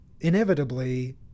inevitably